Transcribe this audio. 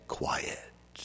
quiet